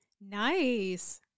Nice